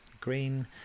green